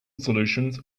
solutions